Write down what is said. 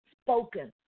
spoken